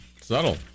Subtle